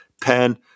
pen